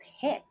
pick